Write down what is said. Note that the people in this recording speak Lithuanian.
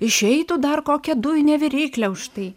išeitų dar kokia dujinė viryklė užtai